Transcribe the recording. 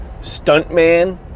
stuntman